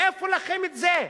מאיפה לכם את זה?